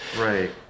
Right